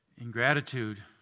Ingratitude